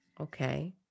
Okay